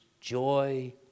joy